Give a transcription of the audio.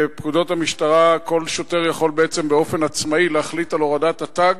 בפקודות המשטרה כל שוטר יכול בעצם באופן עצמאי להחליט על הורדת התג